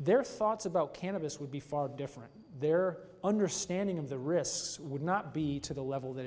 their thoughts about cannabis would be far different their understanding of the wrists would not be to the level tha